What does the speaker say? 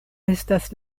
estas